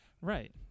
right